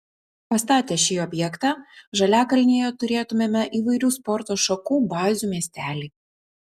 pastatę šį objektą žaliakalnyje turėtumėme įvairių sporto šakų bazių miestelį